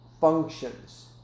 functions